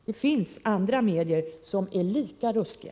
Det finns andra medier som är lika ruskiga.